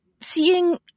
seeing